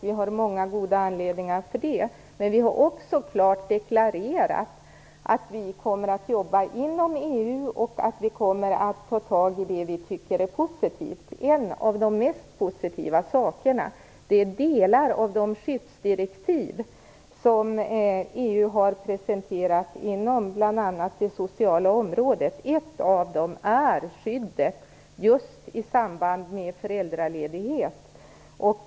Vi har många goda anledningar till det. Men vi har också klart deklarerat att vi kommer att jobba inom EU och ta itu med det som vi tycker är positivt. En av de mest positiva sakerna gäller delar av det skyddsdirektiv som EU ha presenterat inom det sociala området. Ett av dem gäller skyddet i samband med föräldraledighet.